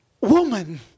Woman